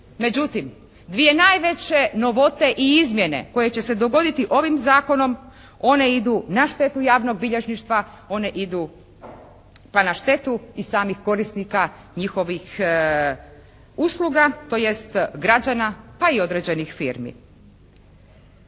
Međutim, dvije najveće novote i izmjene koje će se dogoditi ovim zakonom one idu na štetu javnog bilježništva, one idu pa na štetu i samih korisnika, njihovih usluga, tj. građana pa i određenih firmi.